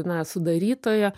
na sudarytoja